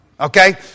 Okay